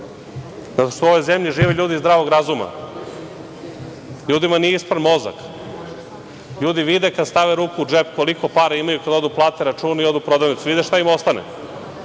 zato što u ovoj zemlji žive ljudi zdravog razuma. Ljudima nije ispran mozak, ljudi vide kada stave ruku u džep koliko para imaju kada podignu plate, plate račune i odu u prodavnicu, vide šta im ostane.